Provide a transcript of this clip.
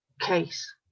case